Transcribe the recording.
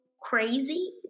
crazy